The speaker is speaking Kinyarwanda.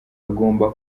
hagomba